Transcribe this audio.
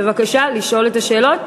בבקשה לשאול את השאלות.